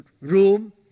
room